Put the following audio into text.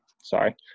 sorry